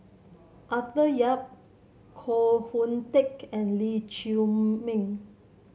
Arthur Yap Koh Hoon Teck and Lee Chiaw Meng